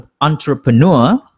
entrepreneur